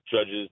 judges